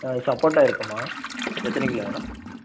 ஆ சப்போட்டா இருக்குமா எத்தனை கிலோ வேணும்